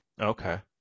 Okay